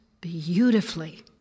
beautifully